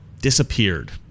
disappeared